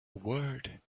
word